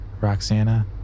Roxanna